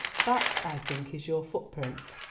that, i think, is your footprint.